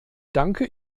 danke